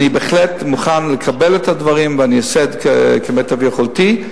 אני בהחלט מוכן לקבל את הדברים ואני אעשה כמיטב יכולתי.